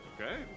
Okay